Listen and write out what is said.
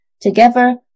Together